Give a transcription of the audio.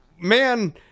Man